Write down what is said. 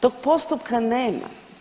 Tog postupka nema.